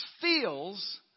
feels